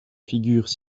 figurent